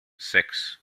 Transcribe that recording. sechs